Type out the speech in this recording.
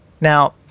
Now